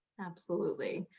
absolutely.